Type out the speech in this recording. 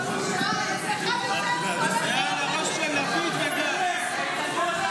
זה על הראש של לפיד וגנץ.